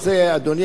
אדוני השר,